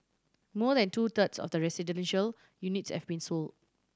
more than two thirds of the residential units have been sold